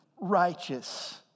righteous